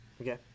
Okay